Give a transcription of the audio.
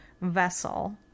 vessel